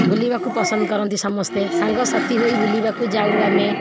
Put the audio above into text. ବୁଲିବାକୁ ପସନ୍ଦ କରନ୍ତି ସମସ୍ତେ ସାଙ୍ଗସାଥି ହୋଇ ବୁଲିବାକୁ ଯାଉ ଆମେ